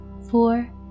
four